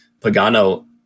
Pagano